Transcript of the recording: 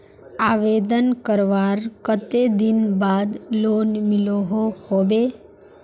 आवेदन करवार कते दिन बाद लोन मिलोहो होबे?